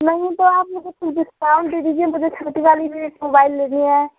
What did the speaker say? नहीं तो आप मुझे कुछ डिस्काउंट दे दीजिए मुझे छोटी वाली भी मोबाइल लेनी है